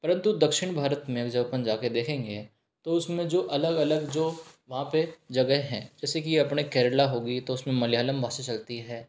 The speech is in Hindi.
परंतु दक्षिण भारत में जब अपन जाकर देखेंगें तो उसमें जो अलग अलग जो वहाँ पर जगह हैं जैसे कि अपने केरल हो गया तो उसमें मलयालम भाषा चलती है